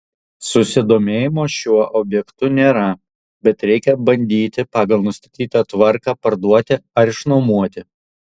susidomėjimo šiuo objektu nėra bet reikia bandyti pagal nustatytą tvarką parduoti ar išnuomoti